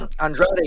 Andrade